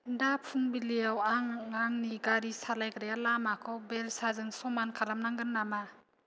दा फुंबिलियाव आं आंनि गारि सालायग्राया लामाखौ बेलसाजों समान खालामनांगोन नामा